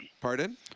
Pardon